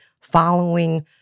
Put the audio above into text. following